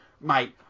Mate